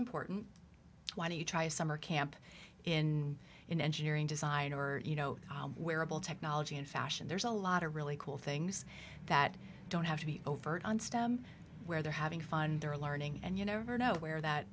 important why don't you try a summer camp in in engineering design or you know where about technology and fashion there's a lot of really cool things that don't have to be overt on stem where they're having fun they're learning and you never know where that